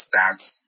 stats